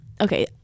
okay